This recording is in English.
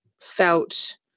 felt